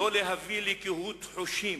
הן לא צריכות להביא לקהות חושים.